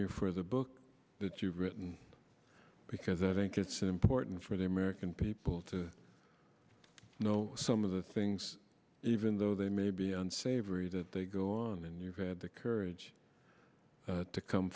you for the book that you've written because i think it's important for the american people to know some of the things even though they may be unsavory that they on and you had the courage to come